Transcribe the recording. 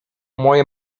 moje